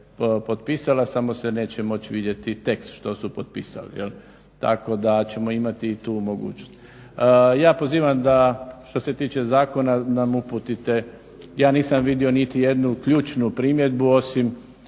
samo se neće moći vidjeti tekst što su potpisali jel. Tako da ćemo imati i tu mogućnost. Ja pozivam da što se tiče zakona nam uputite, ja nisam vidio niti jednu ključnu primjedbu osim